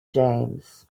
james